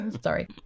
Sorry